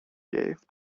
gave